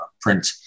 print